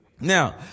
Now